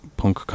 punk